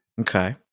Okay